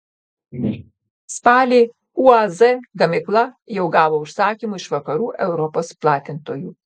spalį uaz gamykla jau gavo užsakymų iš vakarų europos platintojų